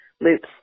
loops